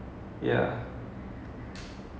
I feel like the storytelling in there is so good